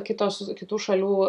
kitos kitų šalių